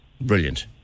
Brilliant